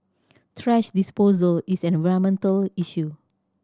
thrash disposal is an environmental issue